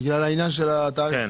בגלל העניין של התאריך.